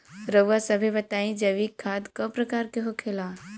रउआ सभे बताई जैविक खाद क प्रकार के होखेला?